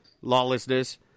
lawlessness